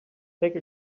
take